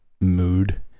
mood